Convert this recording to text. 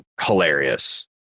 hilarious